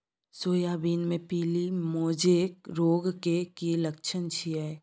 Soybean मे पीली mosaic रोग के की लक्षण छीये?